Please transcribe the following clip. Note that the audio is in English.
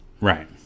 right